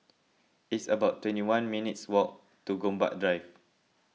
it's about twenty one minutes' walk to Gombak Drive